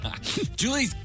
Julie